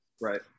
right